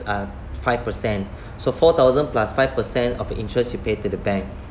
uh five per cent so four thousand plus five per cent of the interest you pay to the bank